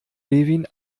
levin